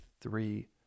three